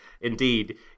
Indeed